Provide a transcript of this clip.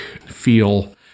feel